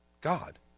God